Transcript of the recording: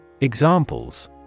Examples